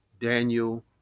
daniel